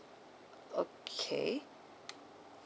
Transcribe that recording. okay